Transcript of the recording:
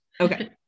Okay